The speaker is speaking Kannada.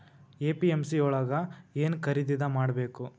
ಎ.ಪಿ.ಎಮ್.ಸಿ ಯೊಳಗ ಏನ್ ಖರೀದಿದ ಮಾಡ್ಬೇಕು?